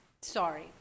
Sorry